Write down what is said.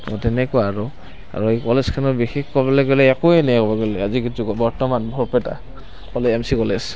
তেনেকুৱা আৰু আৰু এই কলেজখনৰ বিশেষ ক'বলৈ গ'লে একোৱে নাই বৰ্তমান বৰপেটা ক'লে এম চি কলেজ